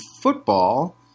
football